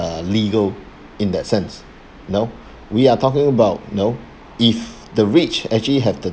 uh legal in that sense you know we are talking about you know if the rich actually have the